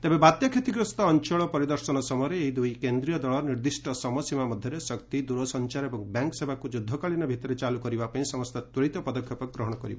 ତେବେ ବାତ୍ୟା କ୍ଷତିଗ୍ରସ୍ତ ଅଞ୍ଚଳ ପନରିଦର୍ଶନ ସମୟରେ ଏହି ଦୁଇ କେନ୍ଦ୍ରୀୟ ଦଳ ନିର୍ଦ୍ଦିଷ୍ଟ ସମୟସୀମା ମଧ୍ୟରେ ଶକ୍ତି ଦୂରସଞ୍ଚାର ଏବଂ ବ୍ୟାଙ୍କ୍ ସେବାକୁ ଯୁଦ୍ଧକାଳୀନ ଭିତ୍ତିରେ ଚାଲୁ କରିବାପାଇଁ ସମସ୍ତ ତ୍ୱରିତ ପଦକ୍ଷେପ ଗ୍ରହଣ କରିବ